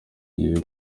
gihe